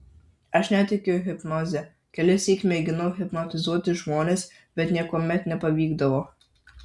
aš netikiu hipnoze kelissyk mėginau hipnotizuoti žmones bet niekuomet nepavykdavo